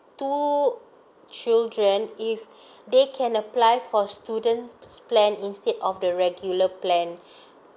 two children if they can apply for students plan instead of the regular plan